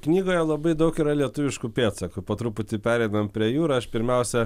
knygoje labai daug yra lietuviškų pėdsakų po truputį pereinam prie jų ir aš pirmiausia